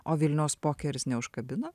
o vilniaus pokeris neužkabina